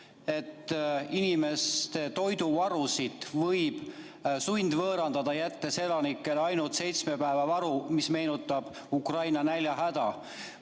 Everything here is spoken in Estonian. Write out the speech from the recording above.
et inimeste toiduvarusid võib sundvõõrandada, jättes elanikele ainult seitsme päeva varu. See meenutab Ukraina näljahäda.